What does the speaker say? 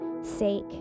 sake